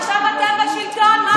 עכשיו אתם בשלטון.